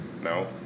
No